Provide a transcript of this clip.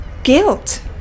Guilt